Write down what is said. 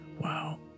Wow